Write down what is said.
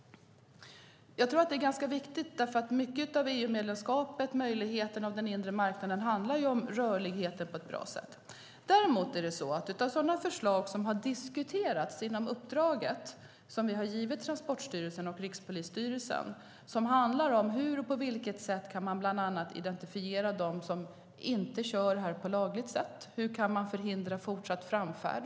Jag tror att det är ganska viktigt, för mycket av EU-medlemskapet och möjligheterna på den inre marknaden handlar om rörlighet på ett bra sätt. Det uppdrag vi har givit Transportstyrelsen och Rikspolisstyrelsen handlar bland annat om hur man kan identifiera dem som inte kör på lagligt sätt och hur man kan förhindra fortsatt framfärd.